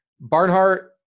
Barnhart